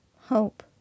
Hope